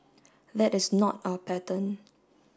that is not our pattern